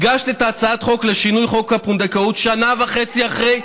הגשת את הצעת החוק לשינוי חוק הפונדקאות שנה וחצי אחרי,